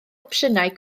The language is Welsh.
opsiynau